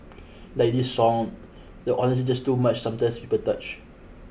like this song the honesty just too much sometimes people touch